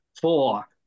four